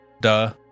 duh